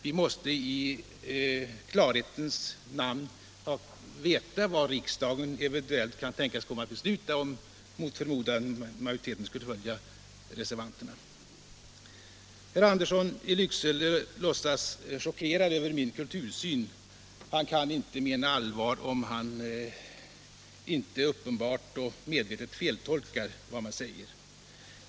Vi måste i klarhetens namn reda ut vad riksdagen eventuellt kan tänkas komma att besluta om, för den händelse att majoriteten mot förmodan skulle följa reservanterna. Herr Andersson i Lycksele låtsas chockerad över min kultursyn. Han kan inte mena allvar, om han inte uppenbart och medvetet feltolkar vad jag säger.